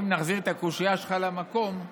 אם נחזיר את הקושיה שלך למקום,